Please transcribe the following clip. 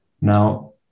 Now